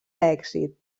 èxit